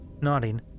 Nodding